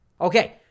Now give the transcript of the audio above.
Okay